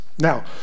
Now